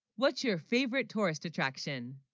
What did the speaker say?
what's your favourite tourist attraction?